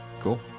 Cool